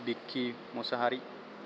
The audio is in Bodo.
बिखि मुसाहारि